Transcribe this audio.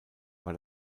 war